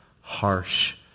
harsh